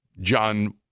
John